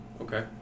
Okay